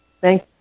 Thank